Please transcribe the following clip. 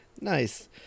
Nice